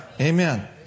Amen